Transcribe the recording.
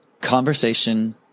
conversation